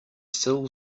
still